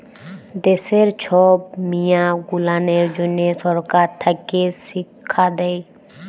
দ্যাশের ছব মিয়াঁ গুলানের জ্যনহ সরকার থ্যাকে শিখ্খা দেই